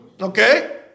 Okay